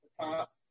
top